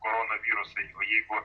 koronavirusu o jeigu